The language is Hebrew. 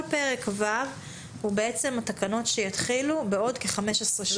כל פרק ו' הם בעצם תקנות שיתחילו בעוד כ-15 שנה.